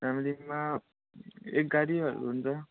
फेमिलीमा एक गाडीहरू हुन्छ